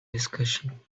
discussion